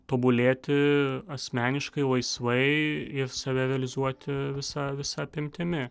tobulėti asmeniškai laisvai ir save realizuoti visa visa apimtimi